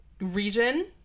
region